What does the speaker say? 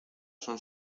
son